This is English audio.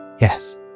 Yes